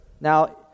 Now